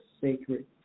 sacred